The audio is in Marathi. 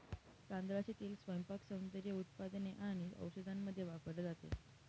तांदळाचे तेल स्वयंपाक, सौंदर्य उत्पादने आणि औषधांमध्ये वापरले जाते